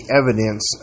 evidence